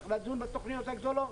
צריך לדון בתוכניות הגדולות,